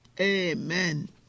Amen